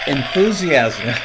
Enthusiasm